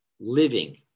living